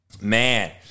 man